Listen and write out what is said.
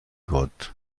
gott